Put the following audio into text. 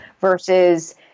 versus